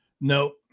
No